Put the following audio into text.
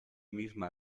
misma